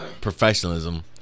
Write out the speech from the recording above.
professionalism